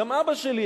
גם אבא שלי,